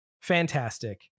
fantastic